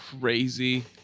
crazy